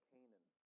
Canaan